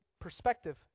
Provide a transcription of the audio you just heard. perspective